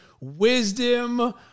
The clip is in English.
wisdom